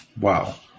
Wow